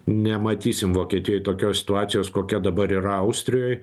nematysim vokietijoj tokios situacijos kokia dabar yra austrijoj